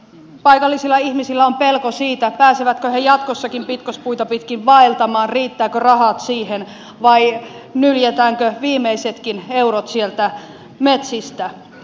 paikallisilla ihmisillä on pelko siitä pääsevätkö he jatkossakin pitkospuita pitkin vaeltamaan riittävätkö rahat siihen vai nyljetäänkö viimeisetkin eurot sieltä metsistä